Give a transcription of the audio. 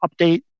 update